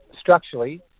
structurally